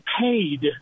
paid